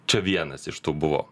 čia vienas iš tų buvo